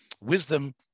wisdom